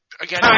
again